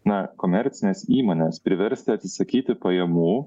na komercines įmones priversti atsisakyti pajamų